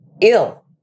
ill